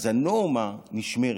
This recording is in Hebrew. אז הנורמה נשמרת.